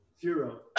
Zero